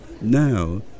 Now